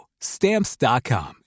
Stamps.com